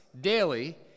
daily